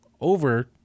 over